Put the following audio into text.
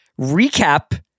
Recap